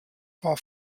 war